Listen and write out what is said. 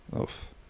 Oof